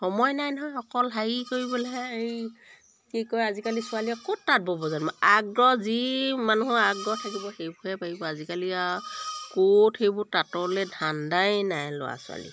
সময় নাই নহয় অকল হেৰি কৰিবলেহে হেৰি কি কয় আজিকালি ছোৱালীয়ে ক'ত তাঁত ব'ব জানিব আগ্ৰহ যি মানুহৰ আগ্ৰহ থাকিব সেইবোৰেহে পাৰিব আজিকালি আৰু ক'ত সেইবোৰৰ তাঁতলৈ ধান্দাই নাই ল'ৰা ছোৱালীৰ